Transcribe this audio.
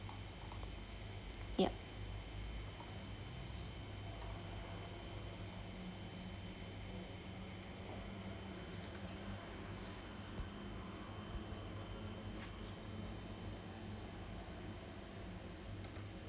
ya